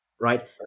right